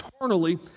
eternally